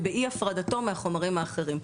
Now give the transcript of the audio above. ובאי-הפרדתו מהחומרים האחרים.